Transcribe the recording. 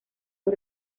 los